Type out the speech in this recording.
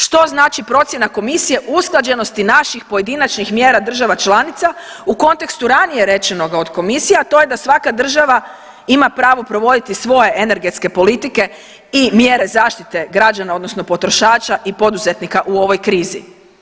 Što znači procjena komisije usklađenosti naših pojedinačnih mjera država članica u kontekstu ranije rečenoga od komisije, a to je da svaka država ima pravo provoditi svoje energetske politike i mjere zaštite građana odnosno potrošača i poduzetnika u ovoj krizi?